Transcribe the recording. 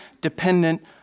dependent